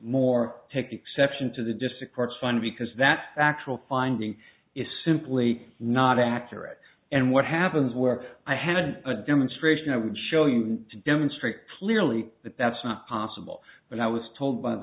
more take exception to the district court fund because that's actual finding is simply not accurate and what happens where i had a demonstration i would show you demonstrate clearly that that's not possible but i was told by